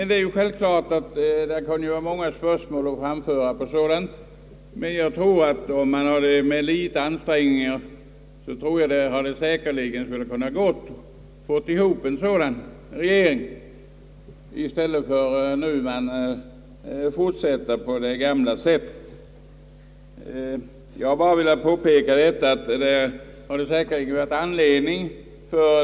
Det är självklart att många problem skulle uppstå i ett sådant sammanhang, men med litet ansträngningar hade det säkerligen varit möjligt att få till stånd en sådan regering. Detta hade varit lyckligare än att fortsätta på det gamla viset.